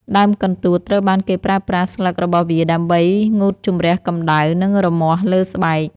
ដើមកន្ទួតត្រូវបានគេប្រើប្រាស់ស្លឹករបស់វាដើម្បីងូតជម្រះកម្តៅ និងរមាស់លើស្បែក។